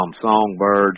songbirds